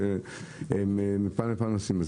מפני שהם מפעם לפעם נוסעים.